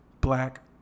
black